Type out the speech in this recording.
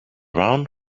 round